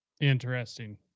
Interesting